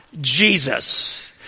Jesus